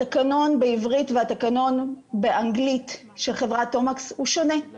התקנון בעברית והתקנון באנגלית של חברת תומקס שונים זה מזה.